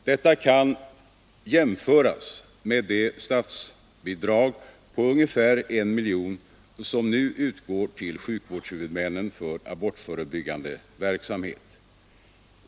Detta kan jämföras med det statsbidrag på ungefär 1 miljon kronor som nu utgår till sjukvårdshuvudmännen för abortförebyggande verksamhet.